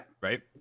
Right